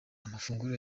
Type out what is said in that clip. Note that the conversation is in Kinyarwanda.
amafunguro